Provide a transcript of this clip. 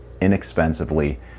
inexpensively